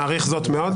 מעריך זאת מאוד.